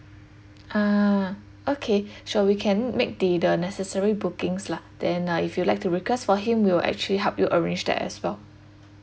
ah okay sure we can make the the necessary bookings lah then uh if you'd like to request for him we'll actually help you arrange that as well